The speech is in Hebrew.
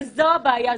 וזו הבעיה.